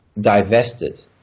divested